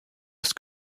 ist